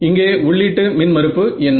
இங்கே உள்ளீட்டு மின் மறுப்பு என்ன